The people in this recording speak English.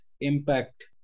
impact